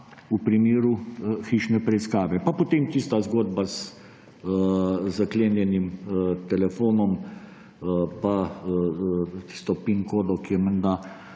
v primeru hišne preiskave. Pa potem tista zgodba z zaklenjenim telefonom pa tisto PIN-kodo, ki jo je menda